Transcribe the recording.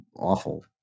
awful